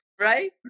right